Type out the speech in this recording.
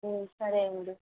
సరే అండీ